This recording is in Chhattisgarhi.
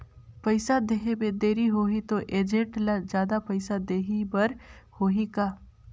पइसा देहे मे देरी होही तो एजेंट ला जादा पइसा देही बर होही का?